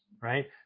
right